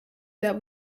that